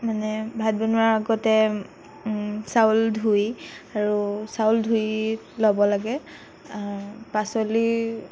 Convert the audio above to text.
মানে ভাত বনোৱাৰ আগতে চাউল ধুই আৰু চাউল ধুই ল'ব লাগে পাচলি